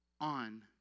on